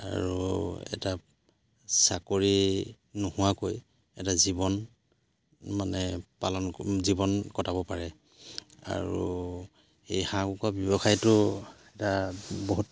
আৰু এটা চাকৰি নোহোৱাকৈ এটা জীৱন মানে পালন জীৱন কটাব পাৰে আৰু এই হাঁহ কুকুৰা ব্যৱসায়টো এটা বহুত